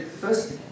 first